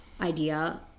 idea